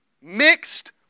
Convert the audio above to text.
mixed